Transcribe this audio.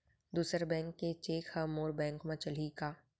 दूसर बैंक के चेक ह मोर बैंक म चलही का?